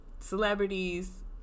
Celebrities